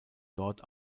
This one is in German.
dort